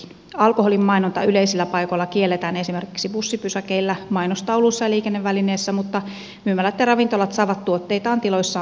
alkoholin mainonta yleisillä paikoilla kielletään esimerkiksi bussipysäkeillä mainostauluissa ja liikennevälineissä mutta myymälät ja ravintolat saavat tuotteitaan tiloissaan mainostaa